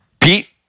Pete